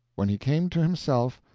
when he came to himself,